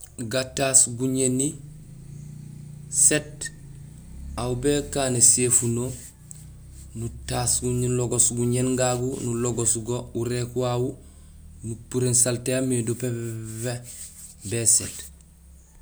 Gataas guñéni sét, aw békaan éséfuno, nutaas nulogos guñéén gagu, nologos go uwuréék wawu, nupéréén salté yamé do pépé pépé, bé séét.